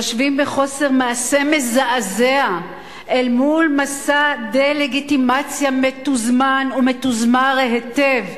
יושבים בחוסר מעשה מזעזע אל מול מסע דה-לגיטימציה מתוזמן ומתוזמר היטב,